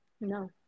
No